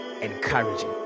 encouraging